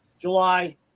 July